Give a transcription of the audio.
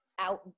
out